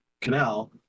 canal